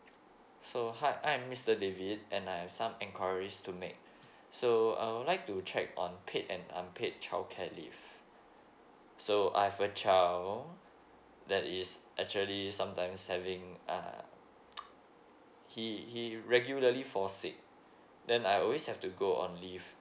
so hi I'm mister david and I have some inquiries to make so uh I would like to check on paid and unpaid child care leave so I've a child that is actually sometime having uh he he regularly fall sick then I always have to go on leave